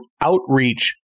outreach